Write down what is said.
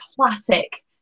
classic